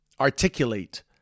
articulate